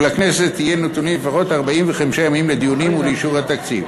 ולכנסת יהיו נתונים לפחות 45 ימים לדיונים ולאישור התקציב.